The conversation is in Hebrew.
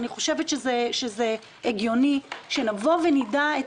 אני חושבת שזה הגיוני שנבוא ונדע את